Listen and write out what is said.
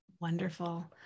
Wonderful